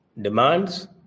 demands